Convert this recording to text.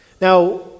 Now